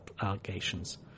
allegations